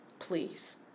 Please